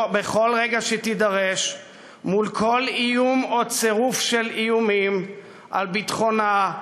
בכל רגע שתידרש מול כל איום או צירוף של איומים על ביטחונה,